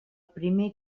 primer